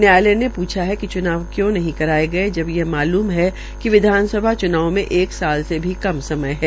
न्यायालय ने प्छा है कि च्नाव क्यों नहीं कराये गये जब यह मालूम है कि विधानसभा च्नाव में एक साल से भी कम समय है